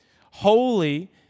Holy